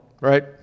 right